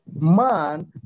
man